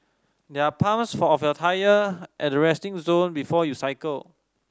there are pumps for of your tyre at the resting zone before you cycle